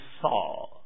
saw